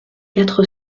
quatre